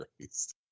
Christ